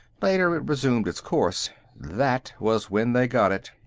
later it resumed its course. that was when they got it.